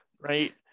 Right